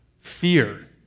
fear